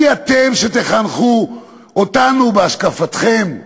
מי אתם שתחנכו אותנו בהשקפתכם?